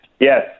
yes